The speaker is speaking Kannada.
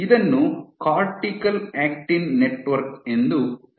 ಇದನ್ನು ಕಾರ್ಟಿಕಲ್ ಆಕ್ಟಿನ್ ನೆಟ್ವರ್ಕ್ ಎಂದು ಕರೆಯಲಾಗುತ್ತದೆ